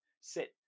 sit